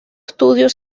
estudio